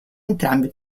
entrambi